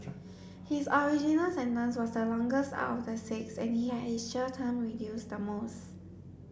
his original sentence was the longest of the six and he had his jail term reduced the most